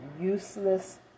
useless